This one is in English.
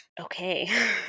okay